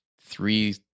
three